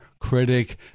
critic